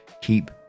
keep